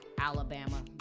Alabama